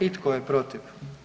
I tko je protiv?